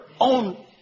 own